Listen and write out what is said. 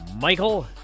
Michael